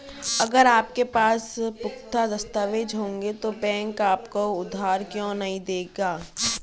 अगर आपके पास पुख्ता दस्तावेज़ होंगे तो बैंक आपको उधार क्यों नहीं देगा?